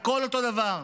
הכול אותו הדבר.